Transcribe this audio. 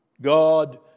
God